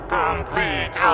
complete